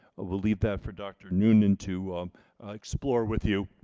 we'll leave that for dr. noonan to explore with you,